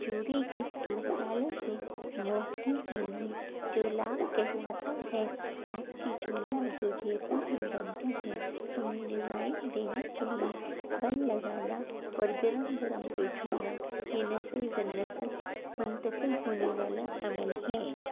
چوڑی کے مسالے کو موڑنے کے لیے جو لاکھ کہلاتا ہے لاکھ کی چوڑیاں جو جے پور میں بنتی ہیں انہیں ڈیزائن دینے کے لیے بن لگانا اور گرم گرم کو چھونا یہ نسل در نسل منتقل ہونے والا عمل ہے